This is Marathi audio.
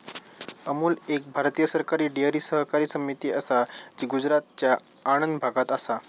अमूल एक भारतीय सरकारी डेअरी सहकारी समिती असा जी गुजरातच्या आणंद भागात असा